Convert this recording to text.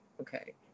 okay